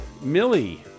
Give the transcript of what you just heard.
Millie